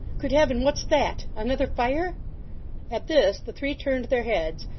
good heaven, what's that! another fire at this, the three turned their heads,